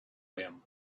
them